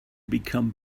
become